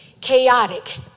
chaotic